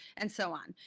and so on.